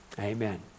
Amen